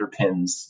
underpins